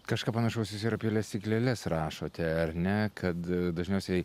kažką panašaus jūs ir apie lesyklėles rašote ar ne kad dažniausiai